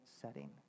setting